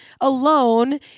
alone